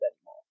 anymore